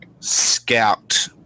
scout